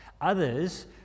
Others